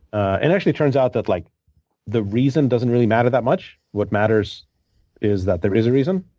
and it actually turns out that like the reason doesn't really matter that much. what matters is that there is a reason.